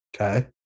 Okay